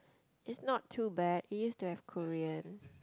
it's not too bad we used to have Korean